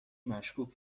مشکوک